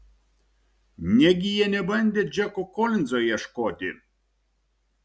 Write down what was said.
negi jie nebandė džeko kolinzo ieškoti